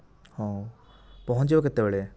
ହଉ ପହଞ୍ଚିବ କେତେବେଳ